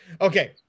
Okay